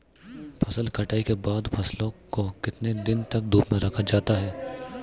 फसल कटाई के बाद फ़सल को कितने दिन तक धूप में रखा जाता है?